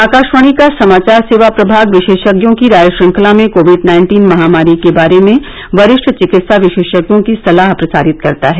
आकाशवाणी का समाचार सेवा प्रभाग विशेषज्ञों की राय श्रंखला में कोविड नाइन्टीन महामारी के बारे में वरिष्ठ चिकित्सा विशेषज्ञों की सलाह प्रसारित करता है